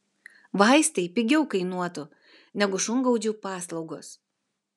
vaistai pigiau kainuotų negu šungaudžių paslaugos